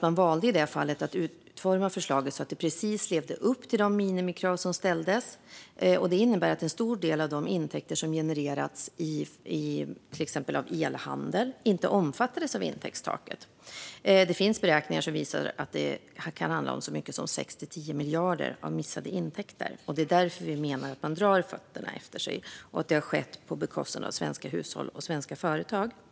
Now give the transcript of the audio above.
Man valde nämligen att utforma förslaget så att det precis levde upp till de minimikrav som ställdes, vilket innebar att en stor del av de intäkter som genererats till exempel av elhandel inte omfattades av intäktstaket. Det finns beräkningar som visar att det kan handla om så mycket som 6-10 miljarder i missade intäkter. Det är därför vi menar att man drar fötterna efter sig, och det har skett på svenska hushålls och svenska företags bekostnad.